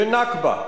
ונכבה,